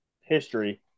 history